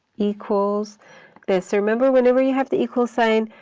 equals this. remember, whenever you have the equal sign,